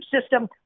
system